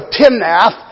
Timnath